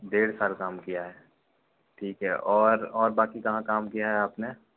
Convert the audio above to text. डेढ़ साल काम किया है ठीक है और और बाक़ी कहाँ काम किया है आप ने